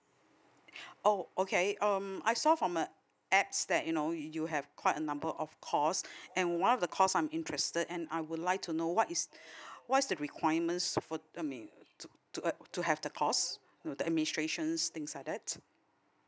oh okay um I saw from uh apps that you know you have quite a number of course and one of the course I'm interested and I would like to know what is what's the requirement for I mean to to to have the course with the administration's things like that